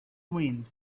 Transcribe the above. wind